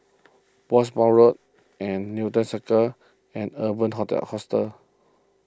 Bournemouth Road and Newton Circus and Urban Hotel Hostel